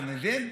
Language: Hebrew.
אתה מבין?